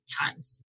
times